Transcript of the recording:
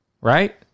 Right